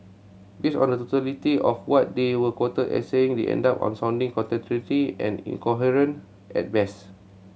based on the totality of what they were quoted as saying they ended up sounding contradictory and incoherent at best